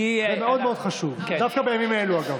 אגב, זה מאוד מאוד חשוב דווקא בימים אלה.